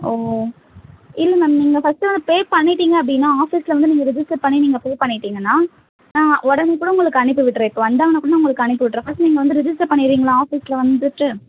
ஓ இல்லை மேம் நீங்க ஃபஸ்ட்டு வந்து பே பண்ணிட்டிங்க அப்படின்னா ஆஃபீஸில் வந்து நீங்கள் ரிஜிஸ்டர் பண்ணி நீங்கள் பே பண்ணிட்டிங்கன்னால் நான் உடனே கூட உங்களுக்கு அனுப்பி விட்டுடறேன் இப்போ வந்தாங்கன்னால் கூட நான் உங்களுக்கு அனுப்பி விட்டுர்றேன் ஃபஸ்ட் நீங்கள் வந்து ரிஜிஸ்டர் பண்ணிடறிங்களா ஆஃபீஸில் வந்துட்டு